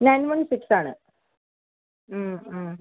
nine one six ആണ് അ അ